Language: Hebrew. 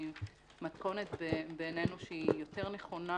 היא מתכונת בעינינו שהיא יותר נכונה